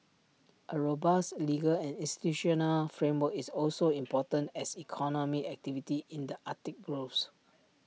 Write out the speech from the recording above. A robust legal and institutional framework is also important as economic activity in the Arctic grows